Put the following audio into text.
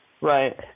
right